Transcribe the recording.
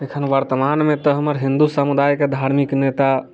एखन वर्तमान मे त हमर हिन्दू समुदाय के धार्मिक नेता